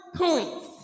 points